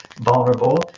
vulnerable